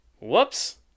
whoops